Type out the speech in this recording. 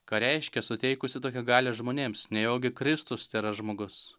ką reiškia suteikusi tokią galią žmonėms nejaugi kristus tėra žmogus